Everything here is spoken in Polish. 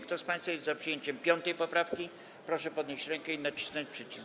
Kto z państwa jest za przyjęciem 5. poprawki, proszę podnieść rękę i nacisnąć przycisk.